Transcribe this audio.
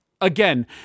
again